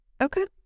Okay